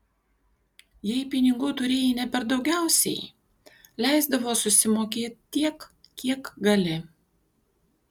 jei pinigų turėjai ne per daugiausiai leisdavo susimokėt tiek kiek gali